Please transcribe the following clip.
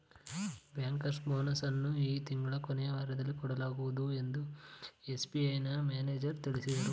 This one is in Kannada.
ಬ್ಯಾಂಕರ್ಸ್ ಬೋನಸ್ ಅನ್ನು ಈ ತಿಂಗಳ ಕೊನೆಯ ವಾರದಲ್ಲಿ ಕೊಡಲಾಗುವುದು ಎಂದು ಎಸ್.ಬಿ.ಐನ ಮ್ಯಾನೇಜರ್ ತಿಳಿಸಿದರು